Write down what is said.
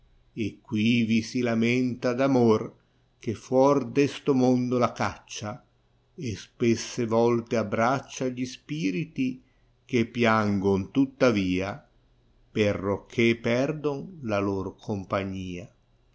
e quivi si lamenta jy amor chefuor d esto mondo la caccia spesse tolte abbraccia gli spiriti che piangon tuttavia perocché perdon la lor compagnia